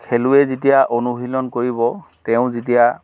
খেলুৱৈয়ে যেতিয়া অনুশীলন কৰিব তেওঁ যেতিয়া